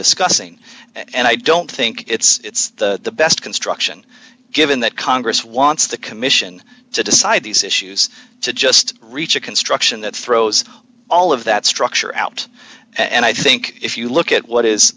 discussing and i don't think it's the best construction given that congress wants the commission to decide these issues to just reach a construction that throws all of that structure out and i think if you look at what is